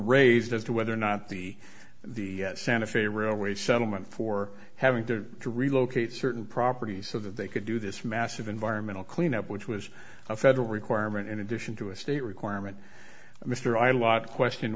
raised as to whether or not the the santa fe railway settlement for having to relocate certain properties so that they could do this massive environmental cleanup which was a federal requirement in addition to a state requirement mr i lock question